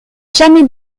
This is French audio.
jamais